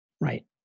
Right